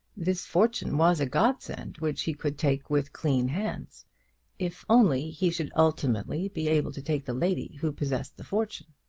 this fortune was a godsend which he could take with clean hands if only he should ultimately be able to take the lady who possessed the fortune!